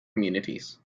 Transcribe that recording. communities